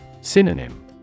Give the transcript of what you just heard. Synonym